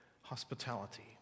hospitality